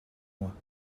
moi